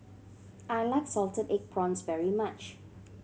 I like salted egg prawns very much